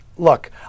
Look